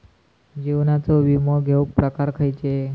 जीवनाचो विमो घेऊक प्रकार खैचे?